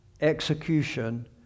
execution